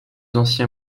ancien